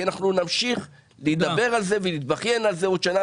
כי אנחנו נמשיך לדבר על זה ולהתבכיין על זה עוד שנה